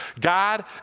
God